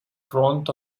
front